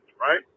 right